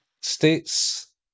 states